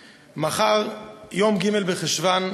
מחר, יום ג' בחשוון,